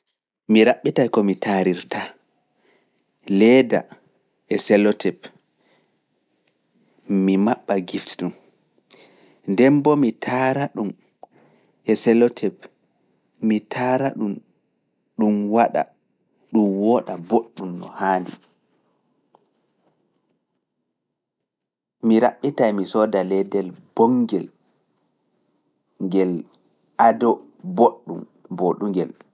Mi raɓɓetay ko mi taarirta, leeda e seloteb, mi maɓɓa gift ɗum, nden boo mi taara ɗum e seloteb, mi taara ɗum, ɗum wooɗa boɗɗum no haandi. Mi raɓɓitay mi sooda leedel boongel ngel ado boɗɗum boɗungel.